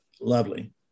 Lovely